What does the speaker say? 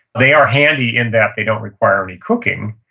they are handy in that they don't require me cooking,